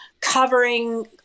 covering